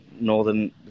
northern